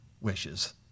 wishes